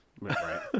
Right